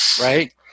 right